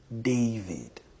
David